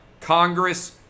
Congress